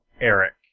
Eric